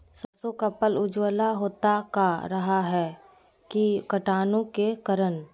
सरसो का पल उजला होता का रहा है की कीटाणु के करण?